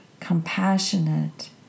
compassionate